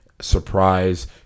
surprise